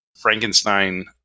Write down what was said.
Frankenstein